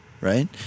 Right